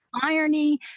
irony